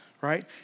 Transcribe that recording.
right